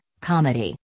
Comedy